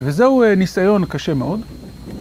וזהו ניסיון קשה מאוד.